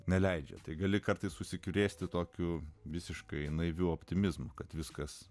neleidžia tai gali kartais užsikrėsti tokiu visiškai naiviu optimizmu kad viskas